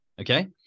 okay